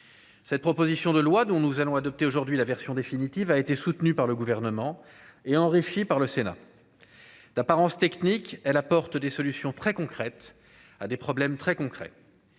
cette proposition de loi dont nous allons adopter aujourd'hui la version définitive a été soutenu par le gouvernement et enrichi par le Sénat d'apparence technique, elle apporte des solutions très concrètes à des problèmes très concrets